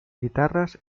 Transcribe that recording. guitarras